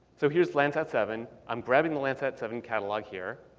so here's landsat seven. i'm grabbing the landsat seven catalog here.